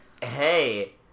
hey